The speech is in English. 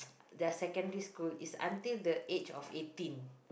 their secondary school is until the age of eighteen